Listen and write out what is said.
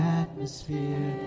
atmosphere